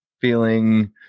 feeling